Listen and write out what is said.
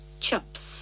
chips